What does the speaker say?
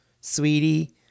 Sweetie